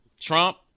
Trump